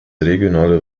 regionale